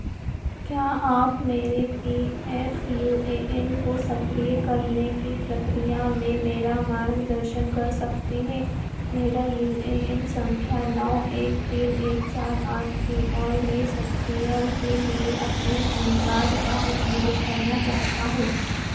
क्या आप मेरे P F U A N को सक्रिय करने की प्रक्रिया में मेरा मार्गदर्शन कर सकते हैं मेरा यू ए एन संख्या नौ एक तीन एक चार आठ है और मैं सक्रियण के लिए अपने पैन कार्ड का उपयोग करना चाहता हूँ